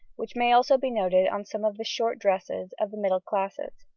which may also be noted on some of the short dresses of the middle classes.